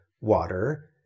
water